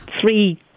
three